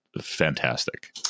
fantastic